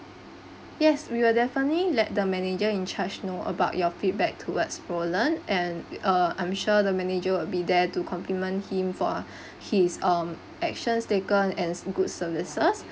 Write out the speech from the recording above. yes we will definitely let the manager in charge know about your feedback towards poland and uh I'm sure the manager will be there to compliment him for his um actions taken and good services